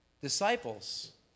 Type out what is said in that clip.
Disciples